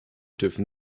dürfen